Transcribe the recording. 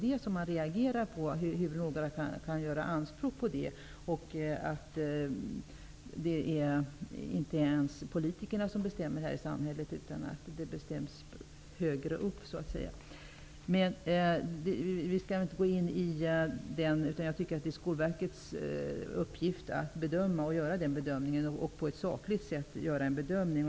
Jag reagerar mot att man kan göra anspråk på det -- att det inte är politikerna som bestämmer i vårt samhälle, utan att avgörandena sker högre upp, så att säga. Men jag skall inte gå in på detta. Det är Skolverkets uppgift att på ett sakligt sätt göra en bedömning.